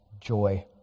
joy